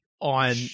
on